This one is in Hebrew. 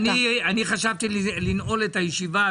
חשבתי לנעול את הישיבה,